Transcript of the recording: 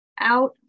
Out